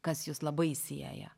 kas jus labai sieja